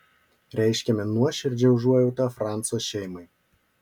reiškiame nuoširdžią užuojautą franco šeimai